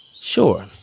sure